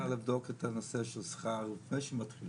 את עוד צריכה לבדוק את הנושא של שכר רופא שמתחילים.